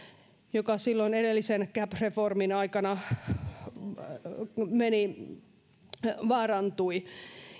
joka silloin edellisen cap reformin aikana vaarantui